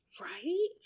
Right